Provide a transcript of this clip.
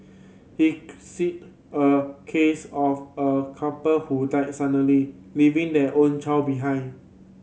he a case of a couple who died suddenly leaving their only child behind